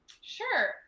Sure